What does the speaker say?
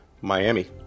Miami